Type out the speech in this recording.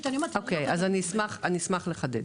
אשמח לחדד.